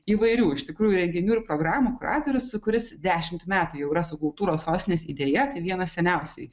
įvairių iš tikrųjų reginių ir programų kuratorius kuris dešimt metų jau yra su kultūros sostinės idėja tai viena seniausiai